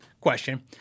question